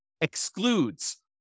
excludes